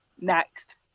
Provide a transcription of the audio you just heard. next